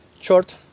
short